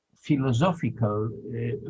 philosophical